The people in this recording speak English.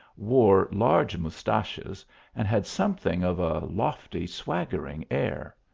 wore large moustaches and had something of a lofty swaggering air.